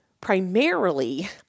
primarily